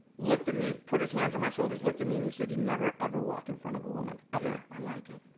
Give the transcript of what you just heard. looked at me, put his hands on my shoulders, looked at me and said, you never ever walk in front of a woman, ever. i like it.